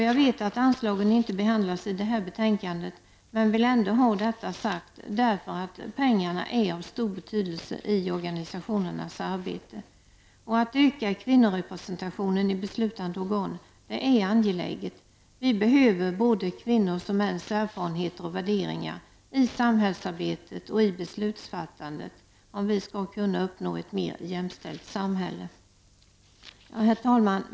Jag vet att anslagen inte behandlas i det här betänkandet, men jag vill ändå ha detta sagt därför att pengarna är av stor betydelse i organisationernas arbete. Att öka kvinnorepresentationen i beslutande organ är angeläget. Vi behöver både kvinnors och mäns erfarenheter och värderingar i samhällsarbetet och i beslutsfattandet om vi skall kunna uppnå ett mer jämställt samhälle. Herr talman!